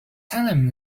salem